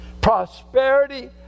Prosperity